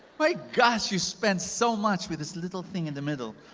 my gosh! you spent so much with this little thing in the middle,